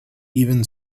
even